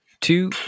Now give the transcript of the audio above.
two